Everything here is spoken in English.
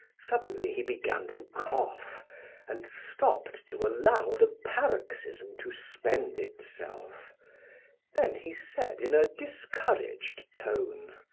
suddenly he began to cough and stopped to allow the paroxysm to spend itself then he said in a discouraged tone